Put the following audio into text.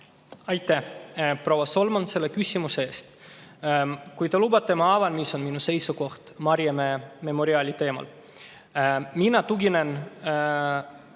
Aitäh, proua Solman, selle küsimuse eest! Kui te lubate, ma avan, mis on minu seisukoht Maarjamäe memoriaali teemal. Mina tuginen